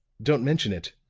don't mention it,